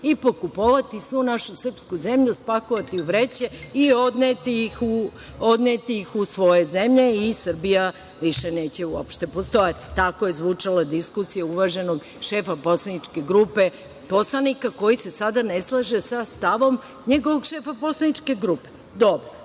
i pokupovati svu našu srpsku zemlju, spakovati u vreće i odneti ih u svoju zemlju i Srbija više neće uopšte postojati. Tako je zvučala diskusija uvaženog šefa poslaničke grupe, poslanika koji se sada ne slaže sa stavom njegovog šefa poslaničke grupe. Dobro.